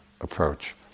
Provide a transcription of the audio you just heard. approach